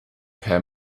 per